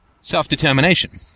self-determination